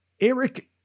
Eric